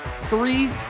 three